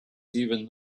even